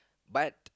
but